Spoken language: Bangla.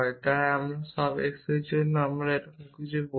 তাই যদি আমি সব x এর জন্য এরকম কিছু বলি